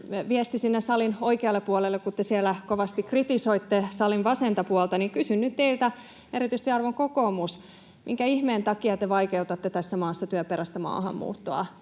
sinne salin oikealle puolelle. Kun te siellä kovasti kritisoitte salin vasenta puolta, niin kysyn nyt teiltä erityisesti, arvon kokoomus: minkä ihmeen takia te vaikeutatte tässä maassa työperäistä maahanmuuttoa?